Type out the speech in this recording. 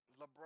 Lebron